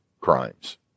crimes